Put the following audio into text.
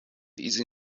these